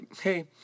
hey